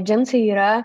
džinsai yra